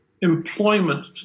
employment